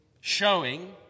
showing